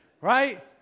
Right